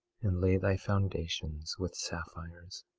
and lay thy foundations with sapphires.